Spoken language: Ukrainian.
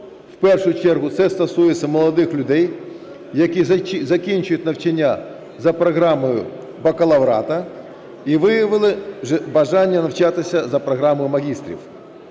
в першу чергу це стосується молодих людей, які закінчують навчання за програмою бакалаврату і виявили бажання навчатися за програмою магістрів.